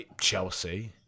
Chelsea